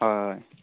হয়